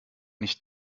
nicht